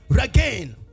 again